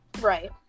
Right